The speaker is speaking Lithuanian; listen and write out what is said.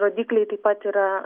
rodikliai taip pat yra